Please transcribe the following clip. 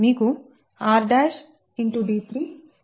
rd412 వస్తుంది